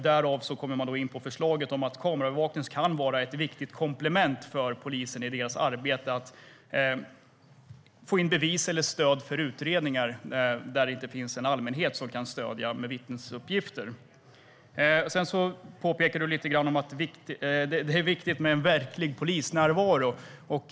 Därav kom jag in på förslaget att kameraövervakning kan vara ett viktigt komplement för polisen i deras arbete för att få in bevis eller stöd för utredningar där det inte finns en allmänhet som kan lämna vittnesuppgifter. Anti Avsan påpekade att det är viktigt med en verklig polisnärvaro.